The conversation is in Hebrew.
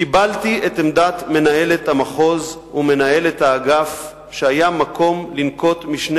קיבלתי את עמדת מנהלת המחוז ומנהלת האגף שהיה מקום לנקוט משנה